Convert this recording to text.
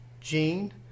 gene